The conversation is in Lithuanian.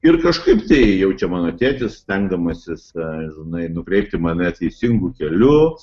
ir kažkaip tai jaučia mano tėtis stengdamasis žinai nukreipti mane teisingu keliu